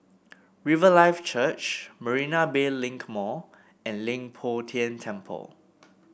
Riverlife Church Marina Bay Link Mall and Leng Poh Tian Temple